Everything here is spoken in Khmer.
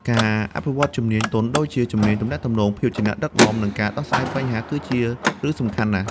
ការអភិវឌ្ឍជំនាញទន់ដូចជា ជំនាញទំនាក់ទំនង ភាពជាអ្នកដឹកនាំ និងការដោះស្រាយបញ្ហា គឺជារឿងសំខាន់ណាស់។